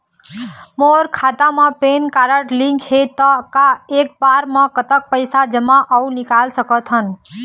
मोर खाता मा PAN card link हे ता एक बार मा कतक पैसा जमा अऊ निकाल सकथन?